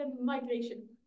migration